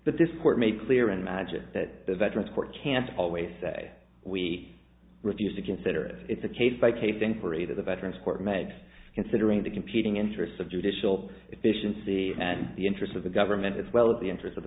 but this court made clear in magic that the veterans court can't always say we refuse to consider it it's a case by case thing for either the veterans court makes considering the competing interests of judicial efficiency and the interests of the government as well as the interest of the